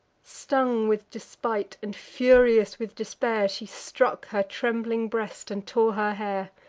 stung with despite, and furious with despair, she struck her trembling breast, and tore her hair.